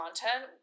content